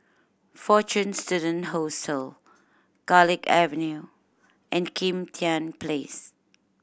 Fortune Students Hostel Garlick Avenue and Kim Tian Place